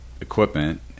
equipment